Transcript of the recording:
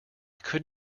could